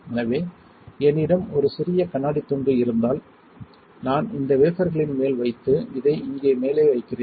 எனவே என்னிடம் ஒரு சிறிய கண்ணாடித் துண்டு இருந்தால் நான் இந்த வேபர்களின் மேல் வைத்து இதை இங்கே மேலே வைக்கிறேன்